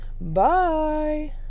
Bye